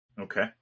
Okay